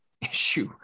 issue